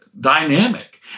dynamic